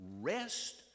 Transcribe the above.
rest